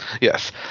Yes